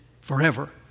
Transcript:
forever